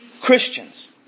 Christians